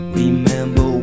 remember